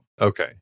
okay